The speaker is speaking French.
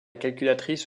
calculatrice